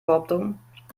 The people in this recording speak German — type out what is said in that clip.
behauptungen